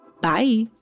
Bye